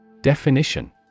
Definition